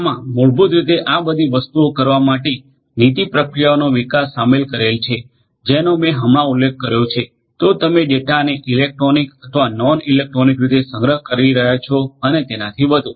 આમાં મૂળભૂત રીતે આ બધી વસ્તુઓ કરવા માટે નીતિ પ્રક્રિયાઓનો વિકાસ શામેલ કરેલ છે જેનો મેં હમણાં ઉલ્લેખ કર્યો છે તો તમે ડેટાને ઇલેક્ટ્રોનિક અથવા નોન ઇલેક્ટ્રોનિક રીતે સંગ્રહ કરી રહ્યાં છો અને તેનાથી વધુ